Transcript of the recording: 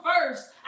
first